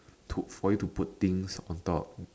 to for you to put things on top